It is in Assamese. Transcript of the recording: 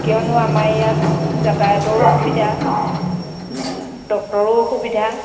কিয়নো আমাৰ ইয়াত যাতায়াতৰো অসুবিধা ডক্তৰো অসুবিধা